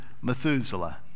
Methuselah